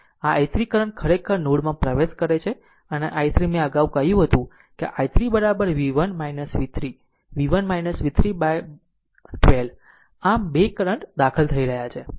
આમ આ i3 current ખરેખર નોડ માં પ્રવેશ કરે છે અને i3 મેં અગાઉ કહ્યું હતું કેi3 v1 v3 v1 v3 by 12 આ 2 કરંટ દાખલ થઈ રહ્યા છે